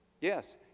Yes